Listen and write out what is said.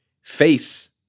face